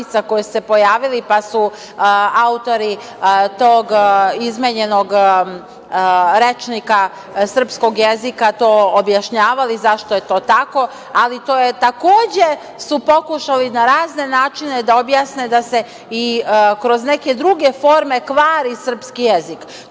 koje su se pojavile, pa su autori tog izmenjenog rečnika srpskog jezika to objašnjavali zašto je to tako. Ali, takođe su pokušali na razne načine da objasne da se i kroz neke druge forme kvari srpski jezik. To